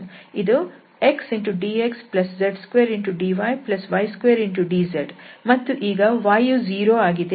ಇದು xdxz2dyy2dz ಮತ್ತು ಈಗ yಯು 0 ಆಗುತ್ತದೆ